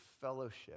fellowship